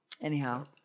Anyhow